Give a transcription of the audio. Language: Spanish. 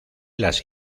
las